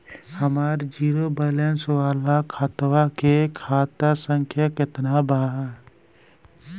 हमार zero balance वाला खतवा के खाता संख्या केतना बा?